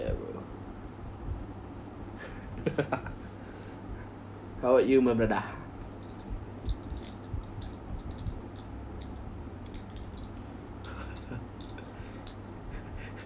yeah bro how about you my brother